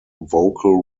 vocal